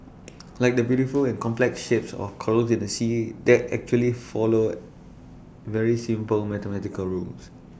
like the beautiful and complex shapes of corals in the sea that actually follow very simple mathematical rules